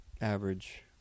average